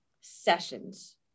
sessions